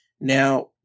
Now